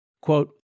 Quote